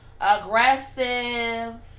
aggressive